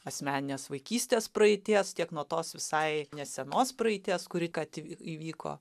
asmeninės vaikystės praeities tiek nuo tos visai nesenos praeities kuri ką tik įvyko